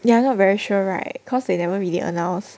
ya not very sure right cause they never really announced